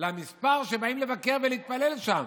למספר הבאים לבקר ולהתפלל בו.